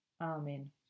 Amen